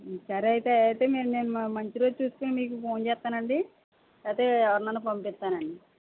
సరే అయితే అయితే నేను నేను మంచి రోజు చూసి మీకు ఫోన్ చేస్తానండి లేకపోతే ఎవరినైనా పంపిస్తానండి